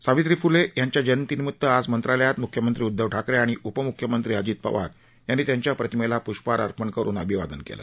सावित्रीबाई फ्ले यांच्या जयंतीनिमित्त आज मंत्रालयात मुख्यमंत्री उद्धव ठाकरे आणि उपम्ख्यमंत्री अजित पवार यांनी त्यांच्या प्रतिमेला प्ष्पहार अर्पण करून अभिवादन केलं